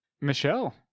Michelle